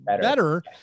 better